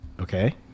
Okay